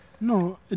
no